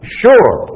sure